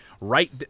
right